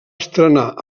estrenar